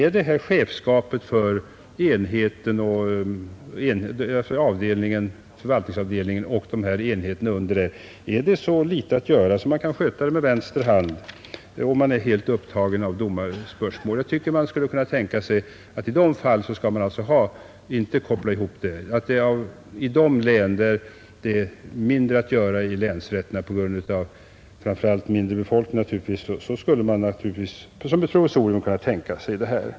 Innebär chefskapet för en avdelning eller enhet så litet att göra att man kan sköta det ”med vänster hand” om man är helt upptagen av domargöromål? I sådana fall tycker jag att man inte skulle koppla ihop dessa sysslor. I de län där det är mindre att göra med rättskipningen — framför allt på grund av mindre befolkning — kunde man tänka sig detta som ett provisorium.